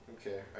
Okay